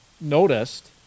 noticed